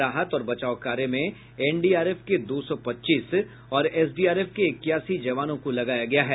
राहत और बचाव कार्य में एनडीआरएफ के दो सौ पच्चीस और एसडीआरएफ के इक्यासी जवानों को लगाया गया है